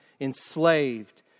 enslaved